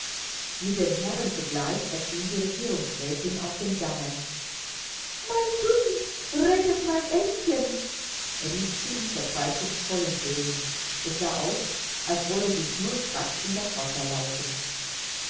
mit den herren zugleich erschien die regierungsrätin auf dem damme mein kind rettet mein aennchen rief sie in verzweiflungsvollen tönen es sah aus als wolle sie schnurstracks in das wasser laufen